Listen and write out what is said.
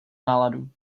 náladu